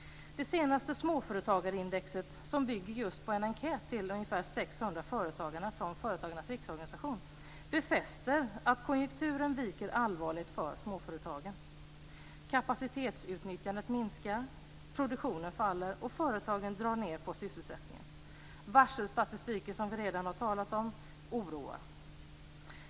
Det senaste Småföretagarindexet, som bygger på en enkät till ungefär 600 företagare från Företagarnas riksorganisation, befäster att konjunkturen viker allvarligt för småföretagen. Kapacitetsutnyttjandet minskar, produktionen faller och företagen drar ned på sysselsättningen. Varselstatistiken, som vi redan har talat om, oroar.